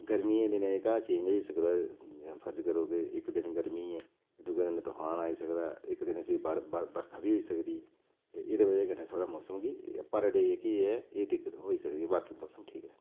गर्मियें दे दिनें जेह्का चेंज होई सकदा फर्ज करो कि इक दिन गर्मी ऐ दुऐ दिन तफान आई सकदा इक दिन भी ब ब बरखा बी होई सकदी ते एह्दी बजह कन्नै थोह्ड़ा मौसम गी पर डे जेहकी ऐ एह् दिक्कत होई सकदी बाकी मौसम ठीक ऐ